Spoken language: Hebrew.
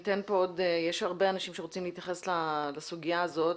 יש הרבה אנשים שרוצים להתייחס לסוגיה הזאת.